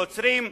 נוצרים.